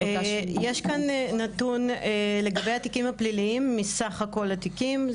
יש כאן נתון לגבי התיקים הפליליים מסך הכול התיקים.